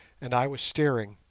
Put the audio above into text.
and i was steering,